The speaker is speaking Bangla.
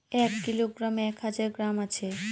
এক কিলোগ্রামে এক হাজার গ্রাম আছে